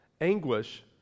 anguish